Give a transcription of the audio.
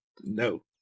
No